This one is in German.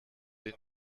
den